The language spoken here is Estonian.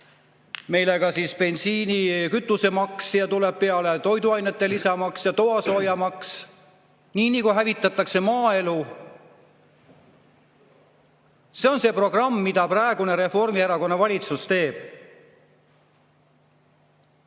peale ka bensiini‑, kütusemaks ja tuleb peale toiduainete lisamaks ja toasoojamaks. Nii, nagu hävitatakse maaelu. See on see programm, mida praegune Reformierakonna valitsus teeb.